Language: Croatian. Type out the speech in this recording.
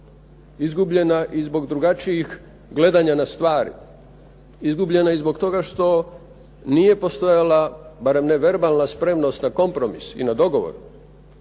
Izgubljena i zbog drugačijih gledanja na stvari, izgubljena i zbog toga što nije postojala barem ne verbalna spremnost na kompromis i na dogovor.